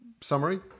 summary